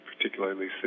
particularly